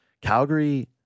calgary